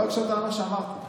לא הקשבת למה שאמרתי.